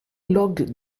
locked